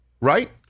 Right